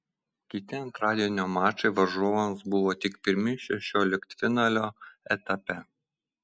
kiti antradienio mačai varžovams buvo tik pirmi šešioliktfinalio etape